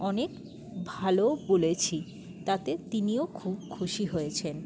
অনেক ভালো বলেছি তাতে তিনিও খুব খুশি হয়েছেন